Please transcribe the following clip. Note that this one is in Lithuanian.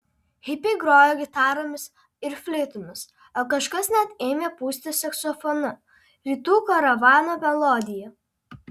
hipiai grojo gitaromis ir fleitomis o kažkas net ėmė pūsti saksofonu rytų karavano melodiją